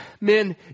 men